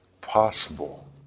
possible